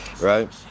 right